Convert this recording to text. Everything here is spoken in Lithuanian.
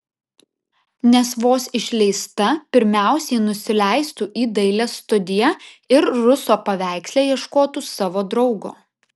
nes vos išleista pirmiausiai nusileistų į dailės studiją ir ruso paveiksle ieškotų savo draugo